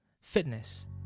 fitness